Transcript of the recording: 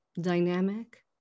dynamic